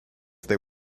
they